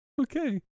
okay